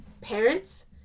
Parents